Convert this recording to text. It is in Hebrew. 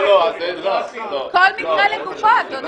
כל מקרה לגופו, אדוני.